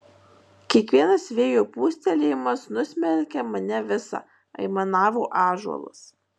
kiekvienas vėjo pūstelėjimas nusmelkia mane visą aimanavo ąžuolas